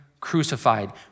crucified